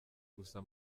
gusa